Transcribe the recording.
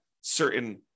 certain